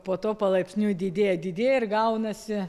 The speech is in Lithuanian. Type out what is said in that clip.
po to palaipsniui didėja didėja ir gaunasi